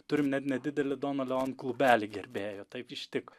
turime net nedidelį dona leon klubelį gerbėjų taip ištiko